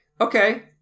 okay